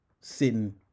sitting